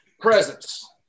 presence